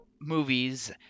movies